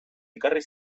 ekarri